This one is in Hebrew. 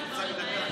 12 אושר כנוסח הוועדה.